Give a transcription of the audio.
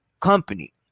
company